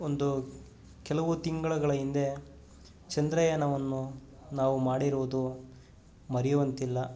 ಒಂದು ಕೆಲವು ತಿಂಗಳುಗಳ ಹಿಂದೆ ಚಂದ್ರಯಾನವನ್ನು ನಾವು ಮಾಡಿರೋದು ಮರೆಯುವಂತಿಲ್ಲ